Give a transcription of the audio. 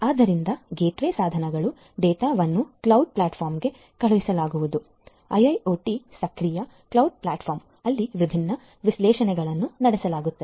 ಆದ್ದರಿಂದ ಗೇಟ್ವೇ ಸಾಧನಗಳು ಡೇಟಾವನ್ನು ಕ್ಲೌಡ್ ಪ್ಲಾಟ್ಫಾರ್ಮ್ಗೆ ಕಳುಹಿಸಲಾಗುವುದು ಐಒಟಿ ಸಕ್ರಿಯ ಕ್ಲೌಡ್ ಪ್ಲಾಟ್ಫಾರ್ಮ್ ಅಲ್ಲಿ ವಿಭಿನ್ನ ವಿಶ್ಲೇಷಣೆಗಳನ್ನು ನಡೆಸಲಾಗುತ್ತದೆ